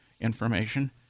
information